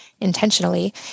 intentionally